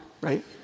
right